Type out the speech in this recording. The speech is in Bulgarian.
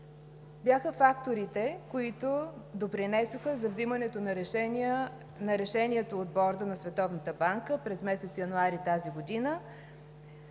бяха факторите, които допринесоха за вземането на решенията от Борда на Световната банка през месец януари тази година,